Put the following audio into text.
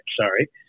sorry